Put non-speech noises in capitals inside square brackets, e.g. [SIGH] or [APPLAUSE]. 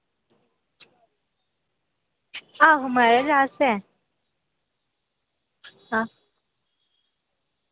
आहो माराज [UNINTELLIGIBLE] ऐ हां